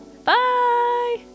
Bye